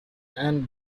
and